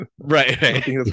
right